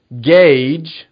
gauge